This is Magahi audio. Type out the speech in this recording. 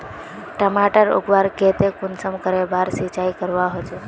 टमाटर उगवार केते कुंसम करे बार सिंचाई करवा होचए?